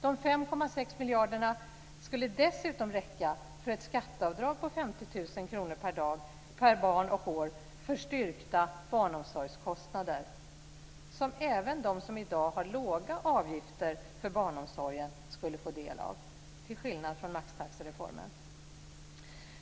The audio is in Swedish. De 5,6 miljarderna skulle dessutom räcka för ett skatteavdrag på 50 000 kr per barn och år för styrkta barnomsorgskostnader, som även de som i dag har låga avgifter för barnomsorgen skulle få del av till skillnad från maxtaxereformen.